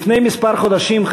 לפני כמה חודשים,